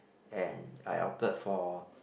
and I opted for